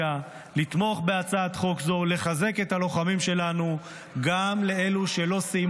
זהו חוק שמתקן חוסר צדק ומעניק ללוחמים שלנו את מה שמגיע